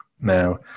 Now